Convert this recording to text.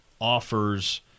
offers